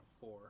four